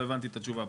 לא הבנתי את התשובה.